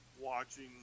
watching